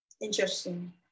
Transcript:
interesting